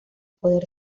poder